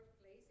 place